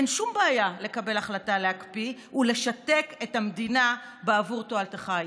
אין שום בעיה לקבל החלטה להקפיא ולשתק את המדינה בעבור תועלתך האישית.